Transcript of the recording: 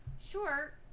sure